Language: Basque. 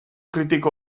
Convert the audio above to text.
kritiko